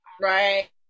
Right